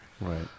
Right